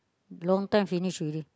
long time finish already